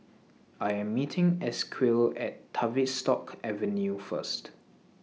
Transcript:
I Am meeting Esequiel At Tavistock Avenue First